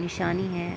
نِشانی ہے